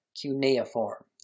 cuneiform